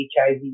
HIV